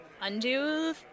undo